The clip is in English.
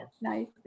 nice